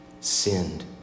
sinned